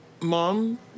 Mom